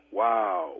wow